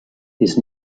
his